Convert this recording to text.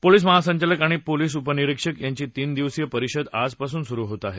police महासंचालक आणि police महानिरिक्षक यांची तीन दिवसीय परिषद आजपासून सुरू होत आहे